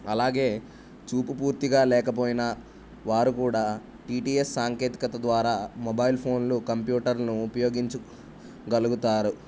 అలాగే చూపుపూర్తిగా లేకపోయినా వారు కూడా టీటిఎస్ సాంకేతికత ద్వారా మొబైల్ ఫోన్లు కంప్యూటర్లను ఉపయోగించుగలుగుతారు